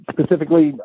Specifically